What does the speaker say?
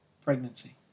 pregnancy